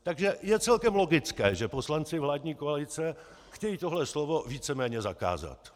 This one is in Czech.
Takže je celkem logické, že poslanci vládní koalice chtějí tohle slovo víceméně zakázat.